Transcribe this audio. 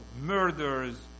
murders